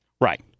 Right